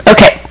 Okay